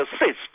assist